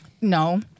no